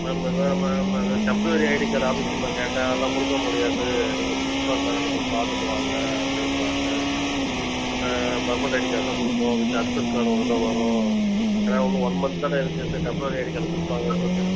ma'am அதான் ma'am அது temporary ID கார்டை ஆஃபிஸ் ரூமில் கேட்டேன் அதெல்லாம் கொடுக்கமுடியாது நீங்கள் ப்ரின்ஸ்பால் மேடத்த பார்த்துட்டு வாங்க அப்படின்றாங்க ஆ பர்மனண்ட் ஐடி கார்ட் தான் கொடுப்போம் வித் அக்ஸஸ் கார்டோடு தான் வரும் ஏன்னா இன்னும் ஒன் மந்த் தானே இருக்குது சரி டெம்பரரி ஐடி கார்ட் கொடுப்பாங்கன்னுக் கூட கேட்டு